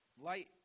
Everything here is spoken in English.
Light